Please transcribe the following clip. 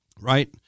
right